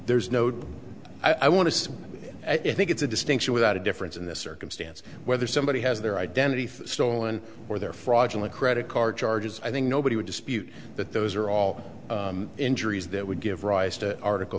there's no do i want to i think it's a distinction without a difference in this circumstance whether somebody has their identity stolen or their fraudulent credit card charges i think nobody would dispute that those are all injuries that would give rise to article